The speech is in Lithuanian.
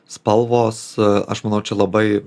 spalvos aš manau čia labai